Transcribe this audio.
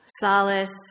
solace